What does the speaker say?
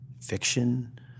fiction